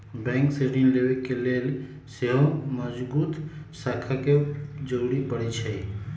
bank से ऋण लेबे के लेल सेहो मजगुत साख के जरूरी परै छइ